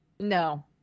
No